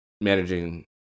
managing